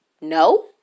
No